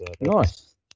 Nice